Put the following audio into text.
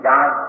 God